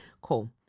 cool